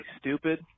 stupid